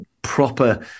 proper